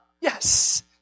Yes